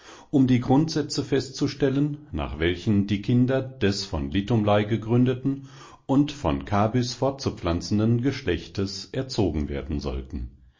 um die grundsätze festzustellen nach welchen die kinder des von litumlei gegründeten und von kabys fortzupflanzenden geschlechtes erzogen werden sollten